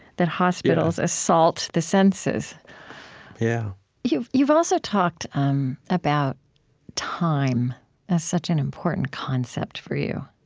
that hospitals assault the senses yeah you've you've also talked um about time as such an important concept for you.